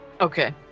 Okay